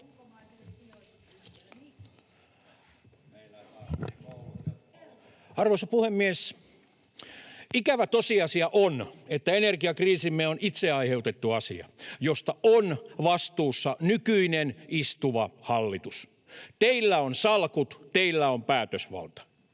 Arvoisa puhemies! Ikävä tosiasia on, että energiakriisimme on itse aiheutettu asia, josta on vastuussa nykyinen istuva hallitus. Teillä on salkut, teillä on päätösvalta.